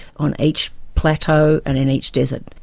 on each plateau and in each desert.